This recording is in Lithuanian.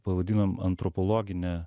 pavadinom antropologine